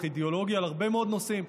ואידיאולוגי על הרבה מאוד נושאים.